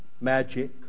magic